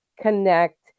connect